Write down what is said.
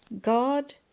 God